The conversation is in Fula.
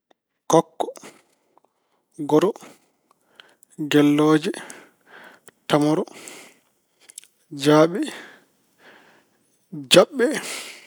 Kokko, goro, gellooje, tamoro, jaaɓe, jaɓɓe.